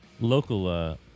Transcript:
local